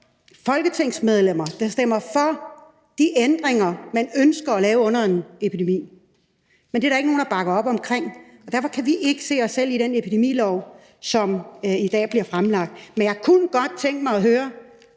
folketingsmedlemmer, der stemmer for de ændringer, man ønsker at lave under en epidemi. Men det er der ikke nogen der bakker op om, og derfor kan vi ikke se os selv i det forslag til den epidemilov. Men jeg kunne godt tænke mig at høre,